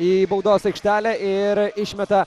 į baudos aikštelę ir išmeta